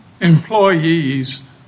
employees